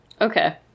Okay